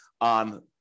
on